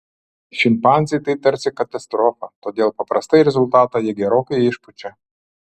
šimpanzei tai tarsi katastrofa todėl paprastai rezultatą ji gerokai išpučia